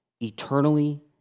Eternally